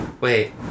Wait